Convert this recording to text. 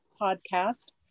podcast